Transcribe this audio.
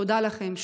תודה לכם.